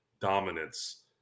dominance